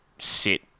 sit